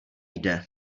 jde